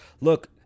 Look